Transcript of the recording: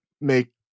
make